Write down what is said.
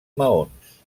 maons